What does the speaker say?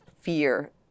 fear